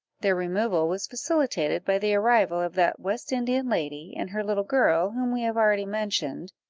their removal was facilitated by the arrival of that west-indian lady and her little girl, whom we have already mentioned,